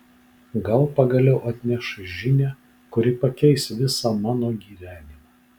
gal pagaliau atneš žinią kuri pakeis visą mano gyvenimą